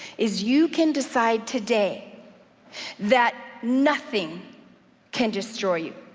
is you can decide today that nothing can destroy you.